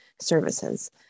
services